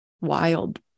wild